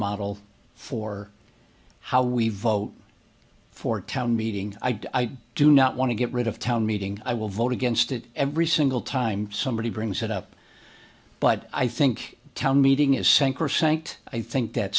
model for how we vote for town meeting i do not want to get rid of town meeting i will vote against it every single time somebody brings it up but i think